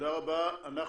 אנחנו